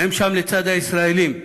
הם שם לצד הישראלים.